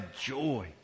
joy